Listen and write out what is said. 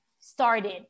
started